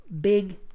big